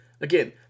Again